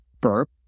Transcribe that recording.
burp